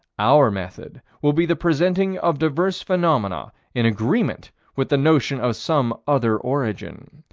our method will be the presenting of diverse phenomena in agreement with the notion of some other origin.